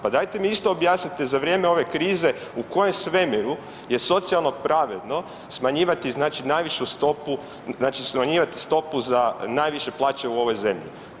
Pa dajte mi isto objasnite, za vrijeme ove krize, u kojem svemiru je socijalno pravedno smanjivati znači najvišu stopu, znači smanjivati stopu za najviše plaće u ovoj zemlji?